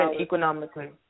economically